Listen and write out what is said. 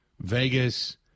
Vegas